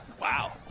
Wow